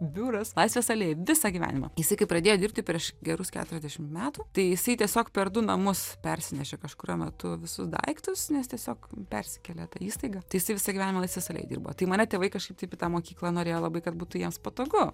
biuras laisvės alėjoj visą gyvenimą jisai kai pradėjo dirbti prieš gerus keturiasdešimt metų tai jisai tiesiog per du namus persinešė kažkuriuo metu visus daiktus nes tiesiog persikėlė ta įstaiga tai jisai visą gyvenimą laisvės alėjoj dirbo tai mane tėvai kažkaip taip į tą mokyklą norėjo labai kad būtų jiems patogu